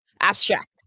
abstract